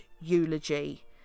eulogy